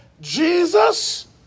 Jesus